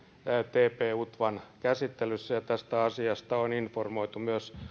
tp utvan käsittelyssä ja tästä asiasta on informoitu myös